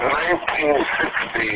1960